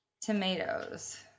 Tomatoes